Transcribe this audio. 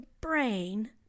brain